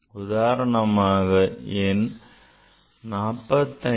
உதாரணமாக எண் 45